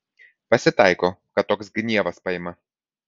pasitaiko kad toks gnievas paima